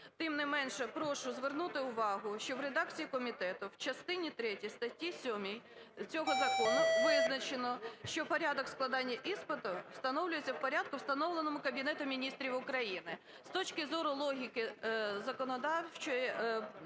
Тим не менше, прошу звернути увагу, що в редакції комітету в частині третій статті 7 цього закону визначено, що порядок складання іспиту встановлюється в порядку, встановленому Кабінетом Міністрів України. З точки зору логіки законодавчої прошу пояснити,